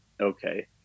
okay